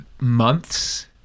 months